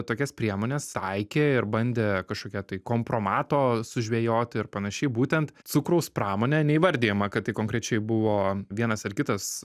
tokias priemones taikė ir bandė kažkokia tai kompromato sužvejoti ir panašiai būtent cukraus pramonė neįvardijama kad tai konkrečiai buvo vienas ar kitas